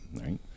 right